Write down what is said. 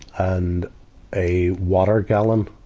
and a water gallon,